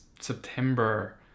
September